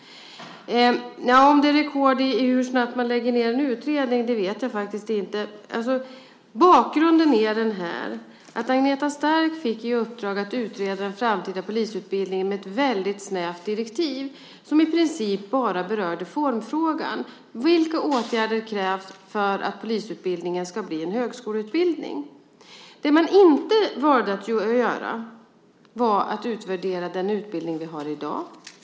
Om det är rekord i att lägga ned utredningar vet jag faktiskt inte. Bakgrunden är följande. Agneta Stark fick i uppdrag att utreda den framtida polisutbildningen med ett väldigt snävt direktiv som i princip bara berörde formfrågan. Vilka åtgärder krävs för att polisutbildningen ska bli en högskoleutbildning? Det man inte valde att göra var att utvärdera den utbildning vi har i dag.